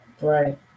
right